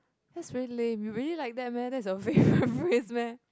that's very lame you really like that meh that's a favourite phrase meh